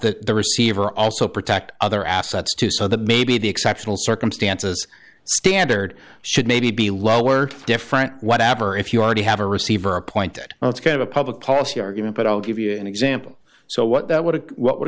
that the receiver also protect other assets too so that maybe the exceptional circumstances standard should maybe be lowered for different whatever if you already have a receiver appointed well it's kind of a public policy argument but i'll give you an example so what that would have what would